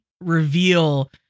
reveal